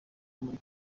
muri